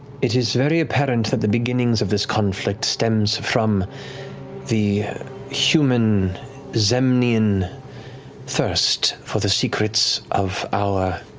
it is very apparent that the beginnings of this conflict stems from the human zemnian thirst for the secrets of our